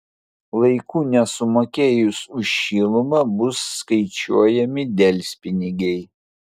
laiku nesumokėjus už šilumą bus skaičiuojami delspinigiai